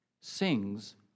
sings